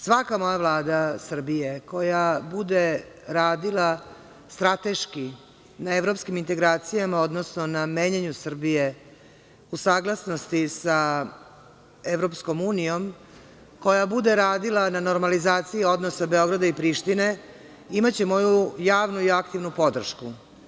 Svaka moja Vlada Srbije koja bude radila strateški na evropskim integracijama, odnosno na menjanju Srbije u saglasnosti sa EU, koja bude radila na normalizaciji odnosa Beograda i Prištine, imaće moju javnu i aktivnu podršku.